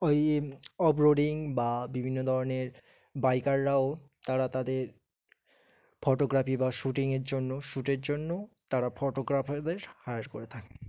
ওই অফরোডিং বা বিভিন্ন ধরনের বাইকাররাও তারা তাদের ফটোগ্রাফি বা শুটিংয়ের জন্য শ্যুটের জন্য তারা ফটোগ্রাফারদের হায়ার করে থাকে